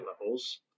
levels